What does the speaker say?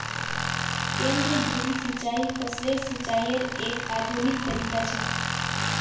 केंद्र धुरी सिंचाई फसलेर सिंचाईयेर एक आधुनिक तरीका छ